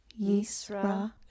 Yisra